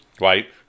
right